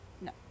no